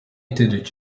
attended